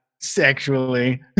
sexually